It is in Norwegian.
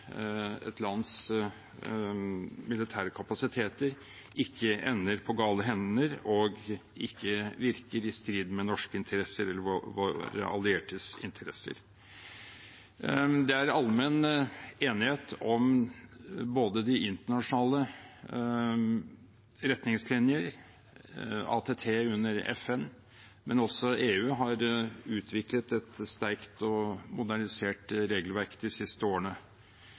et lands militære kapasiteter, ikke ender på gale hender og ikke virker i strid med norske interesser eller våre alliertes interesser. Det er allmenn enighet om de internasjonale retningslinjer, ATT under FN, men også EU har utviklet et sterkt og modernisert regelverk de siste årene.